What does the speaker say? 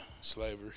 slavery